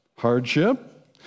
hardship